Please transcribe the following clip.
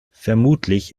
vermutlich